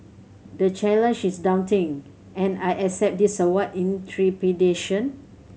the challenge is daunting and I accept this award in trepidation